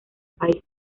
país